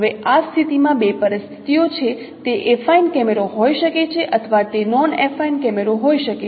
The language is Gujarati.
હવે આ સ્થિતિમાં બે પરિસ્થિતિઓ છે તે એફાઇન કેમેરો હોઈ શકે છે અથવા તે નોન એફાઇન કેમેરો હોઈ શકે છે